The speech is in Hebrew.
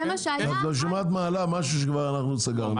זה מה שהיה עד -- אז בשביל מה את מעלה משהו שכבר אנחנו סגרנו?